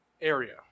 area